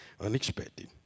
unexpected